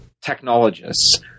technologists